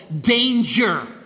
danger